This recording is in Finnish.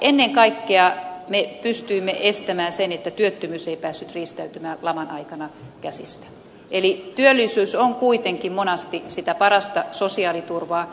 ennen kaikkea me pystyimme estämään sen että työttömyys olisi päässyt riistäytymään laman aikana käsistä eli työllisyys on kuitenkin monasti sitä parasta sosiaaliturvaa